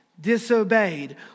disobeyed